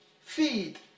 Feed